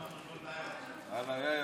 היה יפה.